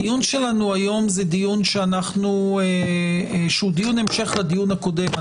הדיון שלנו היום הוא דיון המשך לדיון הקודם.